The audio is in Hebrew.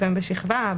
לפעמים בשכבה,